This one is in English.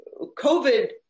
COVID